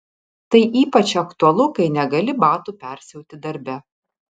tai ypač aktualu kai negali batų persiauti darbe